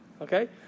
okay